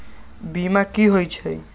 बीमा कि होई छई?